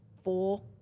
four